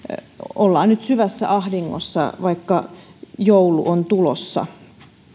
ollaan nyt syvässä ahdingossa vaikka joulu on tulossa